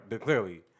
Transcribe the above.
clearly